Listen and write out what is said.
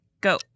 go